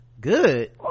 good